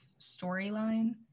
storyline